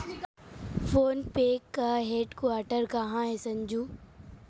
Phone पे का headquarter कहां है संजू?